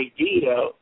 idea